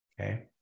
Okay